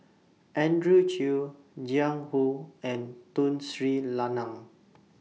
Andrew Chew Jiang Hu and Tun Sri Lanang